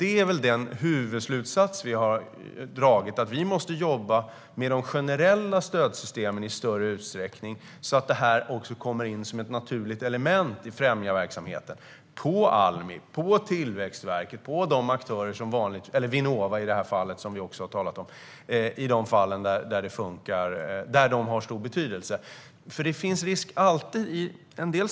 Det är väl den huvudslutsats som vi har dragit: Vi måste jobba med de generella stödsystemen i större utsträckning, så att detta kommer in som ett naturligt element i främjandet av verksamheten hos Almi, Tillväxtverket eller Vinnova, som vi också har talat om, i de fall där det funkar. Där har de stor betydelse. Det finns alltid en risk.